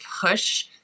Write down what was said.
push